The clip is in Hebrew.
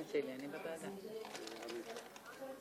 בקריאה ראשונה ועוברת לוועדת החוץ